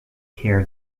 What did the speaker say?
care